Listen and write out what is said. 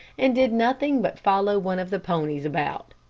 and did nothing but follow one of the ponies about.